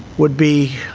would be